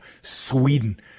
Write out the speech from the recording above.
Sweden